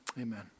amen